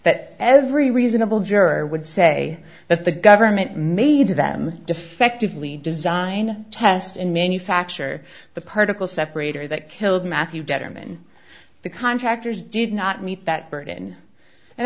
that every reasonable juror would say that the government made them defectively designed test in manufacture the particle separator that killed matthew betterman the contractors did not meet that burden and